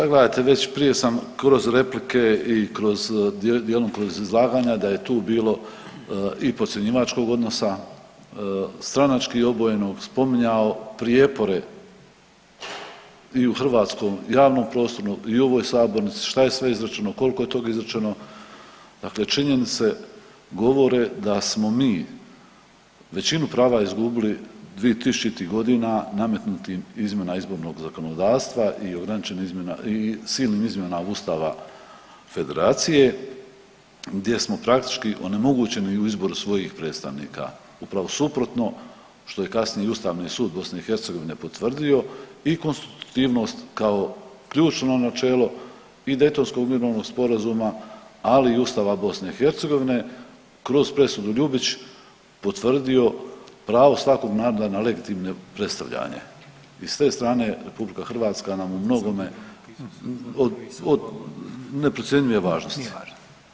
Pa gledajte, već prije sam kroz replike i kroz, dijelom kroz i izlaganja da je tu bilo i podcjenjivačkog odnosa, stranački obojenog, spominjao prijepore i u hrvatskom javnom prostoru i u ovoj sabornici šta je sve izrečeno, koliko je tog izrečeno, dakle činjenice govore da smo mi većinu prava izgubili 2000.-tih godina nametnutim izmjenama izbornog zakonodavstva i ograničenim izmjenama i silnim izmjenama ustava Federacije gdje smo praktički onemogućeni u izboru svojih predstavnika, upravo suprotno što je kasnije i Ustavni sud BiH potvrdio i konstitutivnost kao ključno načelo i Daytonskog mirovnog sporazuma, ali i Ustava RH kroz presudu Ljubić potvrdio pravo svakog naroda na legitimno predstavljanje i s te strane RH nam je u mnogome od, od neprocjenjive važnosti.